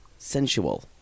Sensual